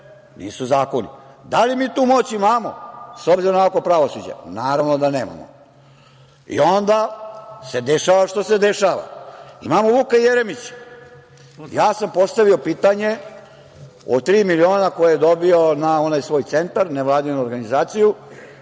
nisu zakoni. Da li mi tu moć imamo, s obzirom na ovakvo pravosuđe? Naravno da nemamo. Onda se dešava šta se dešava. Imamo Vuka Jeremića. Ja sam postavio pitanje, od tri miliona koje dobio na onaj svoj centar, nevladinu organizaciju,